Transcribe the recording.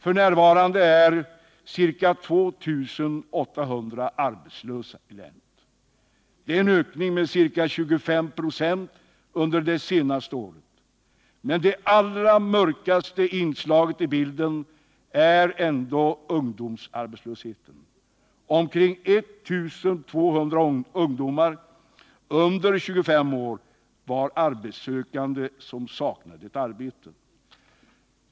F. n. är ca 2 800 arbetslösa i länet. Det är en ökning med cirka 25 26 under det senaste året. Men det allra mörkaste inslaget i bilden är ändå ungdomsarbetslösheten. Omkring 1 200 ungdomar under 25 år var arbetssökande som saknade ett arbete.